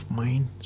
mind